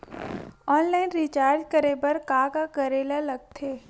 Online recharge करे बर का का करे ल लगथे?